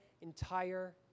entire